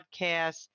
podcasts